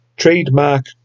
Trademark